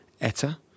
Etta